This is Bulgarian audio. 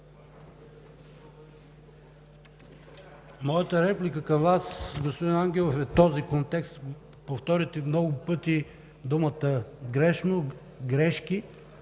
Моята реплика към Вас, господин Ангелов, е в контекста – повторихте много пъти думите „грешно“, „грешки“.